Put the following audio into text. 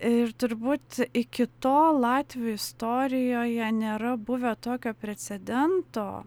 ir turbūt iki to latvių istorijoje nėra buvę tokio precedento